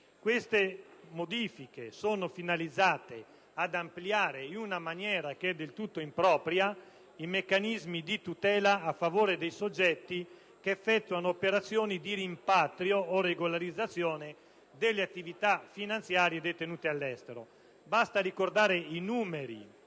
Tali modifiche sono finalizzate ad ampliare in maniera del tutto impropria i meccanismi di tutela a favore dei soggetti che effettuano operazioni di rimpatrio o regolarizzazione delle attività finanziarie detenute all'estero. Basta ricordare le